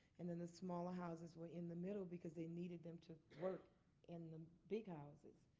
and then the smaller houses were in the middle because they needed them to work in the big houses.